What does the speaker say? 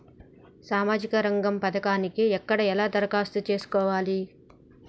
సామాజిక రంగం పథకానికి ఎక్కడ ఎలా దరఖాస్తు చేసుకోవాలి?